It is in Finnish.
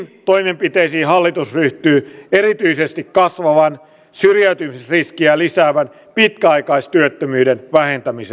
n toimenpiteisiin hallitus ryhtyy erityisesti kasvavan syöpien riskiä lisäävät pitkäaikaistyöttömyyden vähentämisen